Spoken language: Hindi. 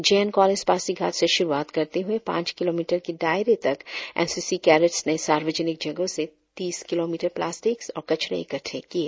जे एन कॉलेज पासीघाट से शुरुआत करते हुए पांच किलोमीटर के दायरे तक एन सी सी कैडेट्स ने सार्वजनिक जगहों से तीस किलों प्लास्टिक्स और कचरे इकट्टे किए